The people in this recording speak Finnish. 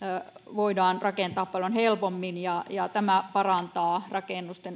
voidaan rakentaa paljon helpommin ja ja tämä parantaa rakennusten